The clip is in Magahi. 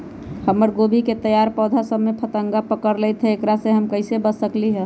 हमर गोभी के तैयार पौधा सब में फतंगा पकड़ लेई थई एकरा से हम कईसे बच सकली है?